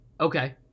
Okay